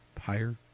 higher